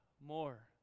more